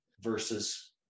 versus